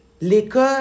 l'école